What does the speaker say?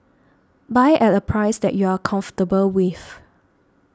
buy at a price that you are comfortable with